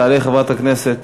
תעלה חברת הכנסת